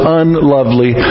unlovely